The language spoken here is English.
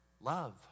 Love